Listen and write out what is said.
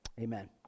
amen